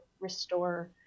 restore